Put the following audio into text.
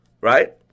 right